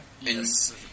Yes